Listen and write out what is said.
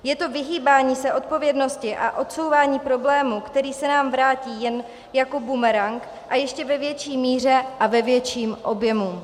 Je to vyhýbání se odpovědnosti a odsouvání problému, který se nám vrátí jen jako bumerang a v ještě větší míře a větším objemu.